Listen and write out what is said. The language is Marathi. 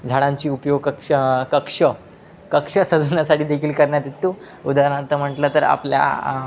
झाडांची उपयोग कक्ष कक्ष कक्ष सजवण्यासाठी देखील करण्यात येतो उदाहरणार्थ म्हटलं तर आपल्या